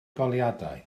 goleuadau